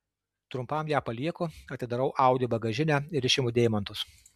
trumpam ją palieku atidarau audi bagažinę ir išimu deimantus